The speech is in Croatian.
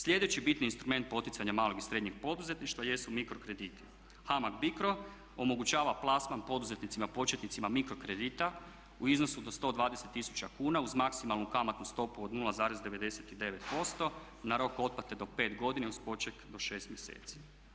Sljedeći bitni instrument poticanja malog i srednjeg poduzetništva jesu mikro krediti, HAMAG BICRO omogućava plasman poduzetnicima početnicima mikro kredita u iznosu do 120 tisuća kuna uz maksimalnu kamatnu stopu od 0,99% na rok otplate do 5 godina i uz poček do 6 mjeseci.